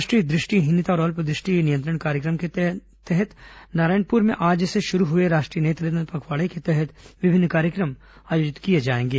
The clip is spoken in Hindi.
राष्ट्रीय दृष्टिहीनता और अल्प दृष्टि नियंत्रण कार्यक्रम के अंतर्गत नारायणपुर में आज से शुरू हुए राष्ट्रीय नेत्रदान पखवाड़े के तहत विभिन्न कार्यक्रम आयोजित किए जाएंगे